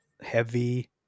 heavy